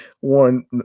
one